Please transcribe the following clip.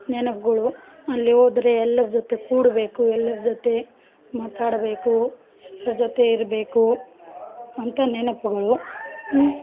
ನೆನಪುಗಳು ಅಲ್ಲಿ ಹೋದರೆ ಎಲ್ಲರ ಜೊತೆ ಕೂಡಬೇಕು ಎಲ್ಲರ ಜೊತೆ ಮಾತಾಡಬೇಕು ಎಲ್ಲರ ಜೊತೆ ಇರಬೇಕು ಅಂತ ನೆನಪುಗಳು